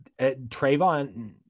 Trayvon –